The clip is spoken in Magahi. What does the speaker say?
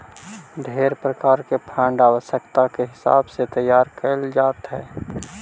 ढेर प्रकार के फंड आवश्यकता के हिसाब से तैयार कैल जात हई